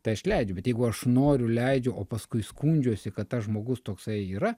tai aš leidžiu bet jeigu aš noriu leidžiu o paskui skundžiuosi kad tas žmogus toksai yra